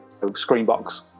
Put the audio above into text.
Screenbox